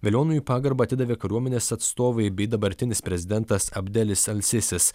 velioniui pagarbą atidavė kariuomenės atstovai bei dabartinis prezidentas abdelis elsisis